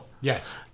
Yes